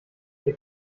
der